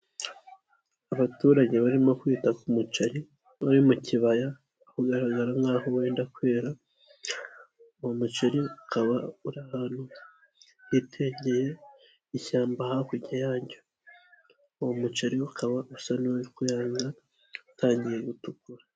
Abaturage barimo kwita ku muceri uri mu kibaya ugaragara nk'aho wenda kwera, uwo muceri ukaba uri ahantu hitegeye ishyamba hakurya yaryo, uwo muceri ukaba usa n'uri kweranya utangiye gutukura.